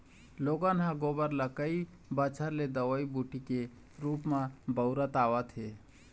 लोगन ह गोबर ल कई बच्छर ले दवई बूटी के रुप म बउरत आवत हे